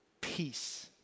peace